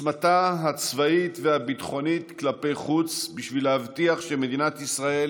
עוצמתה הצבאית והביטחונית כלפי חוץ בשביל להבטיח שמדינת ישראל